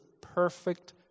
perfect